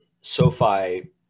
SoFi